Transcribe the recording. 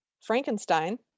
frankenstein